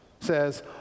says